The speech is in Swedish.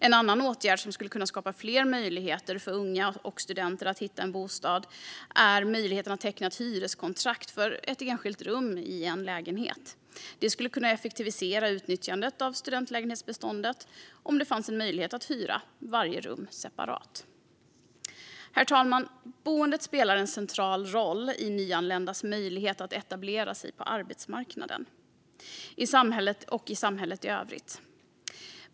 En annan åtgärd som skulle kunna skapa fler möjligheter för unga och studenter att hitta en bostad är möjligheten att teckna ett hyreskontrakt för ett enskilt rum i en lägenhet. Det skulle kunna effektivisera utnyttjandet av studentlägenhetsbeståndet om det fanns en möjlighet att hyra varje rum separat. Herr talman! Boendet spelar en central roll i nyanländas möjlighet att etablera sig på arbetsmarknaden och i samhället i övrigt.